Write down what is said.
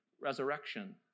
resurrection